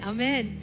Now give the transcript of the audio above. Amen